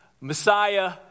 Messiah